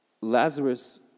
Lazarus